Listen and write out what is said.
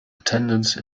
attendance